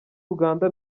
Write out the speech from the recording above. uganda